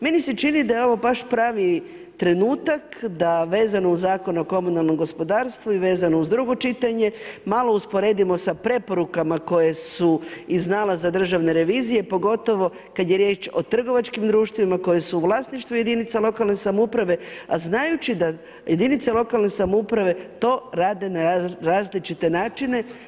Meni se čini da je ovo baš pravi trenutak da vezano uz Zakon o komunalnom gospodarstvu i vezano uz drugo čitanje malo usporedimo sa preporukama koje su iz nalaza Državne revizije pogotovo kada je riječ o trgovačkim društvima koje su u vlasništvu jedinica lokalne samouprave, a znajući da jedinica lokalne samouprave to rade na različite načine.